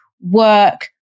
work